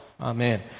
Amen